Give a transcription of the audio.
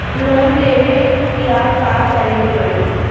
Loan लेबे ला का करे के पड़ी?